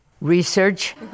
Research